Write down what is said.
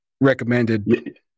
recommended